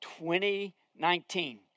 2019